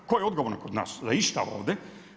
Tko je odgovoran kod nas za išta ovdje?